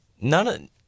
none